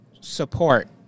support